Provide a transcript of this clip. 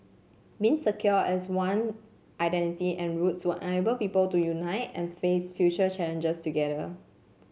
means secure as one identity and roots will enable people to unite and face future challenges together